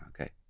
okay